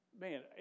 Man